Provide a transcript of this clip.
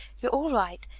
you're all right.